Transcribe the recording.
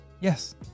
Yes